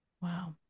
Wow